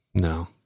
No